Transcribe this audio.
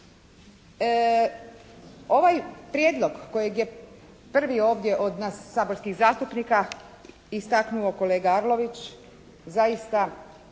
Ovaj Prijedlog kojeg je prvi ovdje od nas saborskih zastupnika istaknuo kolega Arlović, zaista